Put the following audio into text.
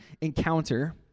encounter